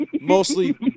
mostly